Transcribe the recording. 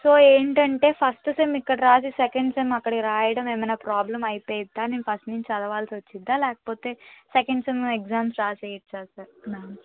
so ఏంటంటే first sem ఇక్కడ రాసి సెకండ్ సెమ్ అక్కడ రాయడం ఏమైనా ప్రాబ్లెమ్ అయిపోతుందా నేను ఫస్ట్ నుంచి చదవాల్సి వస్తుందా లేకపోతే సెకండ్ సెమ్ ఎగ్జామ్స్ రాసేయి వచ్చా సర్ మామ్